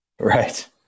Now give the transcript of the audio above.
right